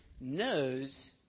knows